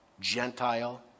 Gentile